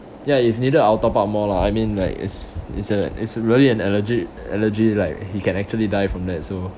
ya if needed I'll top up more lah I mean like it's it's a it's really an allergic allergy like he can actually die from that so